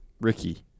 Ricky